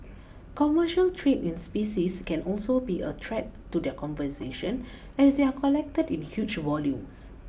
commercial trade in species can also be a threat to their conversation as they are collected in huge volumes